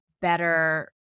better